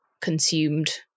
consumed